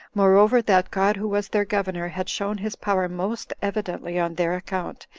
moreover, that god, who was their governor, had shown his power most evidently on their account,